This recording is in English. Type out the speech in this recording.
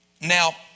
Now